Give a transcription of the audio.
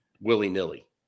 willy-nilly